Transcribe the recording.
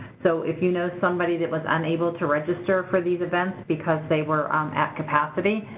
so, if you know somebody that was unable to register for these events because they were um at capacity,